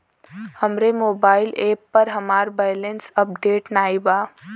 हमरे mobile app पर हमार बैलैंस अपडेट नाई बा